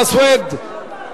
חנא סוייד,